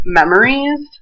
memories